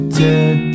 dead